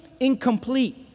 incomplete